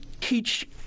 teach